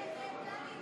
הסתייגות 43 לא